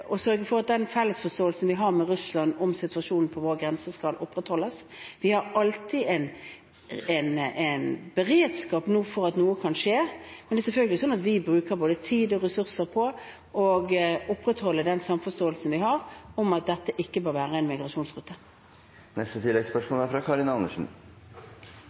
å sørge for at den fellesforståelsen vi har med Russland om situasjonen på vår grense, skal opprettholdes. Vi har alltid en beredskap for at noe kan skje, men det er selvfølgelig sånn at vi bruker både tid og ressurser på å opprettholde den samforståelsen vi har om at dette ikke bør være en